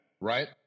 Right